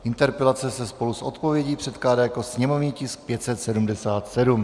Interpelace se spolu s odpovědí předkládá jako sněmovní tisk 577.